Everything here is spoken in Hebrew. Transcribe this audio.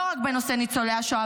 לא רק בנושא ניצולי השואה